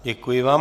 Děkuji vám.